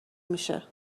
میشه